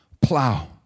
plow